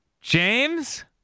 James